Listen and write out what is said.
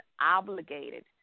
obligated